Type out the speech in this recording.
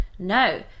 no